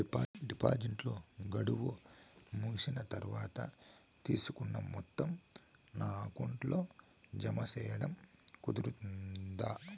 డిపాజిట్లు గడువు ముగిసిన తర్వాత, తీసుకున్న మొత్తం నా అకౌంట్ లో జామ సేయడం కుదురుతుందా?